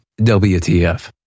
WTF